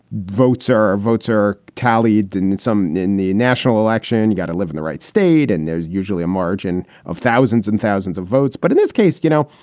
votes or or votes are tallied in some in the national election. you got to live in the right state and there's usually a margin of thousands and thousands of votes. but in this case, you know,